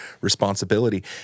responsibility